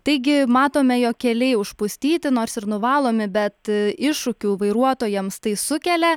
taigi matome jog keliai užpustyti nors ir nuvalomi bet iššūkių vairuotojams tai sukelia